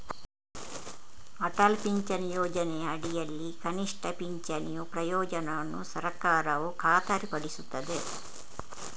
ಅಟಲ್ ಪಿಂಚಣಿ ಯೋಜನೆಯ ಅಡಿಯಲ್ಲಿ ಕನಿಷ್ಠ ಪಿಂಚಣಿಯ ಪ್ರಯೋಜನವನ್ನು ಸರ್ಕಾರವು ಖಾತರಿಪಡಿಸುತ್ತದೆ